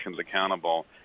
accountable